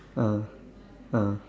ah ah